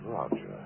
Roger